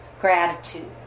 gratitude